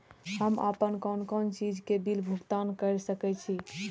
हम आपन कोन कोन चीज के बिल भुगतान कर सके छी?